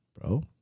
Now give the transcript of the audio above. bro